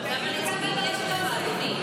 אבל כמה נציגים יש לך, אדוני?